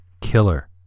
Killer